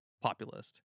populist